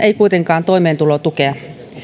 ei kuitenkaan toimeentulotukea